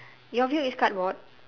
your view is cupboard